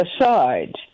aside